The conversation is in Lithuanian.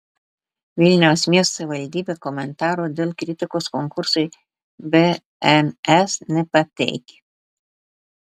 vilniaus miesto savivaldybė komentarų dėl kritikos konkursui bns nepateikė